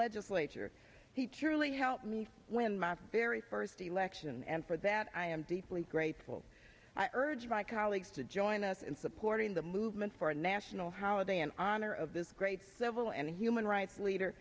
legislature he truly help me win my very first election and for that i am deeply grateful i urge my colleagues to join us in supporting the movement for a national holiday in honor of this great civil and human rights leader